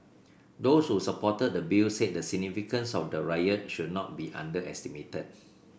those who supported the bill said the significance of the riot should not be underestimated